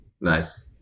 Nice